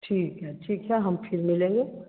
ठीक है ठीक है हम फिर मिलेंगे